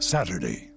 Saturday